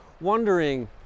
wondering